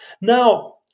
Now